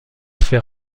fait